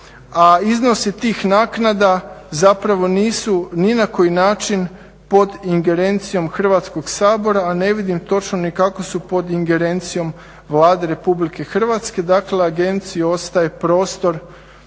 a iznosi tih naknada zapravo nisu ni na koji način pod ingerencijom Hrvatskog sabora. A ne vidim točno ni kako su pod ingerencijom Vlade RH. Dakle, agenciji ostaje prostor